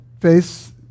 face